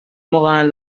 morin